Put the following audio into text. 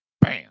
Bam